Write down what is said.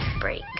break